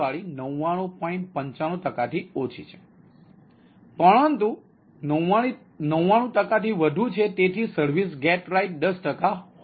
95 ટકાથી ઓછી છે પરંતુ 99 ટકાથી વધુ છે તેથી સર્વિસ ગેટ રાઇડ 10 ટકા હોઈ શકે છે